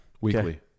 weekly